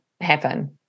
happen